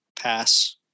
Pass